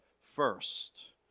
first